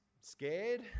scared